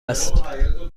است